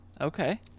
okay